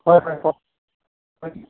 হয় হয় কওক হয়